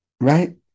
Right